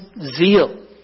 zeal